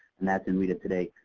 and that's in reta today,